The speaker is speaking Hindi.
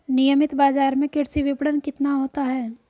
नियमित बाज़ार में कृषि विपणन कितना होता है?